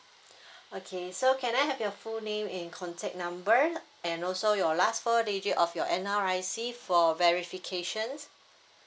okay so can I have your full name and contact number and also your last four digit of your NRIC for verification